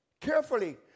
carefully